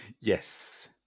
Yes